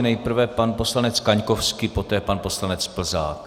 Nejprve pan poslanec Kaňkovský, poté pan poslanec Plzák.